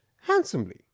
handsomely